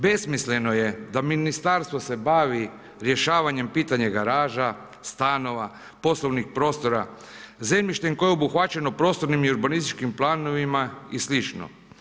Besmisleno je da ministarstvo se bavi rješavanjem pitanjem garaža, stanova, poslovnih prostora, zemljište, koje je obuhvaćeno prostornim i urbanističkim planovima i slično.